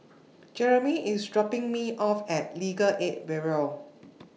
Jeremey IS dropping Me off At Legal Aid Bureau